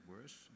worse